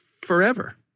forever